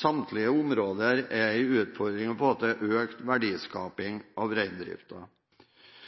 samtlige områder er en utfordring å få til økt